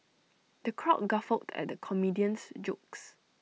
the crowd guffawed at comedian's jokes